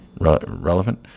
Relevant